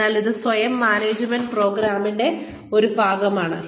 അതിനാൽ ഇത് സ്വയം മാനേജ്മെന്റ് പ്രോഗ്രാമിന്റെ ഒരു ഭാഗമാണ്